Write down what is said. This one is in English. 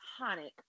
iconic